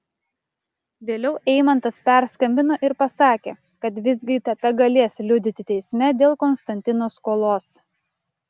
vėliau eimantas perskambino ir pasakė kad visgi teta galės liudyti teisme dėl konstantino skolos